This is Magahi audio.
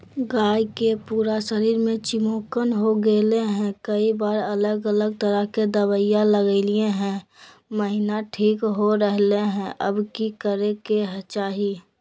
गाय के पूरा शरीर में चिमोकन हो गेलै है, कई बार अलग अलग तरह के दवा ल्गैलिए है महिना ठीक हो रहले है, अब की करे के चाही?